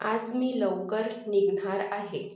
आज मी लवकर निघणार आहे